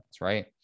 right